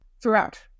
Throughout